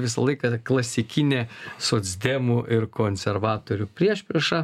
visą laiką klasikinė socdemų ir konservatorių priešprieša